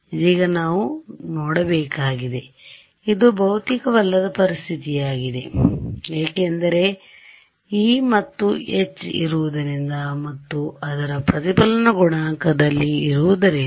ಇದೀಗ ನಾವು ನೋಡಬೇಕಾಗಿದೆ ಇದು ಭೌತಿಕವಲ್ಲದ ಪರಿಸ್ಥಿತಿಯಾಗಿದೆ ಏಕೆಂದರೆ e's ಮತ್ತು h's ಇರುವುದರಿಂದ ಮತ್ತು ಅದು ಪ್ರತಿಫಲನ ಗುಣಾಂಕದಲ್ಲಿ ಇರುವುದರಿಂದ